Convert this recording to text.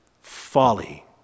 folly